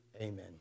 Amen